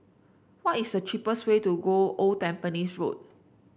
what is the cheapest way to Old Tampines Road